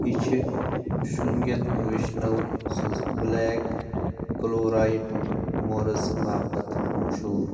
یہِ چھِ شوٚنگِتھ وشنو سٕنز بلیک کلورایٹ مرٕژ باپتھ مشہوٗر